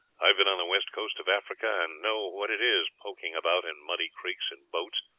i have been on the west coast of africa and know what it is poking about in muddy creeks in boats,